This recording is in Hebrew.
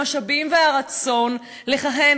המשאבים והרצון לכהן,